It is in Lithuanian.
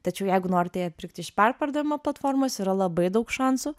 tačiau jeigu norite ją pirkti iš perpardavimo platformos yra labai daug šansų